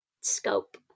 scope